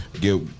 get